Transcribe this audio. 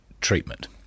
treatment